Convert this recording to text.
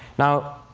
now,